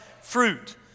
fruit